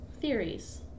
theories